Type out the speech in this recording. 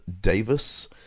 Davis